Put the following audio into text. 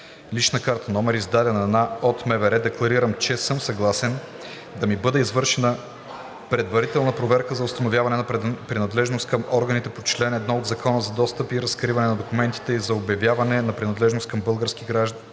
ЕГН… л.к. №…, изд. на… от МВР… . ДЕКЛАРИРАМ, че: съм съгласен/на да ми бъде извършена предварителна проверка за установяване на принадлежност към органите по чл. 1 от Закона за достъп и разкриване на документите и за обявяване на принадлежност на български граждани